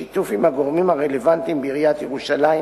בשיתוף הגורמים הרלוונטיים בעיריית ירושלים,